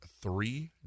three